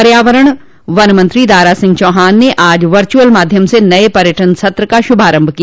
पर्यावरण वन मंत्री दारा सिंह चौहान ने आज वचअल माध्यम से नये पर्यटन सत्र का शुभारम्भ किया